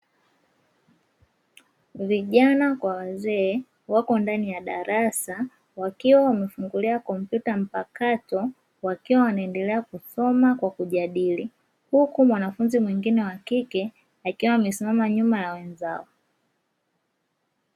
Vijana kwa wazee wako ndani ya darasa, wakiwa wamefungulia kompyuta mpakato wakiwa wanaendelea kusoma kwa kujadili, huku mwanafunzi mwingine wa kike akiwa amesimama nyuma ya wenzao.